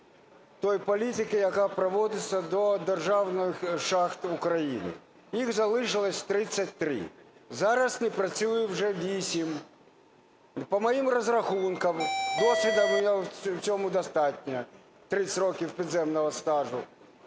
тієї політики, яка проводиться до державних шахт України. Їх залишилось 33. Зараз не працює вже 8. По моїм розрахункам, досвіду у мене в цьому достатньо – 30 років підземного стажу,